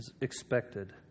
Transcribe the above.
expected